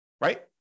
right